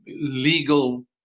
legal